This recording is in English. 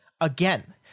again